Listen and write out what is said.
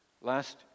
last